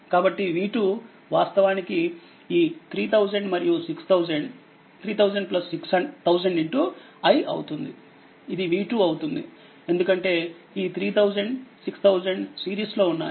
కాబట్టి v2 వాస్తవానికి ఈ 3000మరియు 6000 3000 6000i అవుతుంది ఇది v2 అవుతుంది ఎందుకంటే ఈ 3000 6000 సిరీస్లో ఉన్నాయి